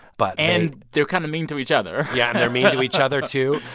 but. and they're kind of mean to each other yeah, and they're mean to each other, too.